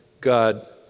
God